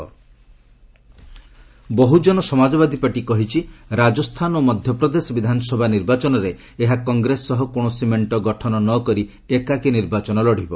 Mayawati no ଆଲାଏନ୍ନ Bahujan ସମାଜବାଦୀପାର୍ଟି କହିଛି ରାଜସ୍ଥାନ ଓ ମଧ୍ୟପ୍ରଦେଶ ବିଧାନସଭା ନିର୍ବାଚନରେ ଏହା କଂଗ୍ରେସ ସହ କୌଣସି ମେଣ୍ଟ ଗଠନ ନକରି ଏକାକୀ ନିର୍ବାଚନ ଲଢ଼ିବ